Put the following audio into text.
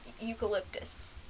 Eucalyptus